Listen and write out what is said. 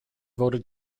voted